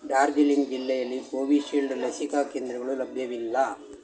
ಡಾರ್ಜಿಲಿಂಗ್ ಜಿಲ್ಲೆಯಲ್ಲಿ ಕೋವಿಶೀಲ್ಡ್ ಲಸಿಕಾ ಕೇಂದ್ರಗಳು ಲಭ್ಯವಿಲ್ಲ